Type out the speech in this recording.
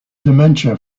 dementia